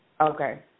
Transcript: Okay